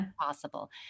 possible